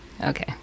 Okay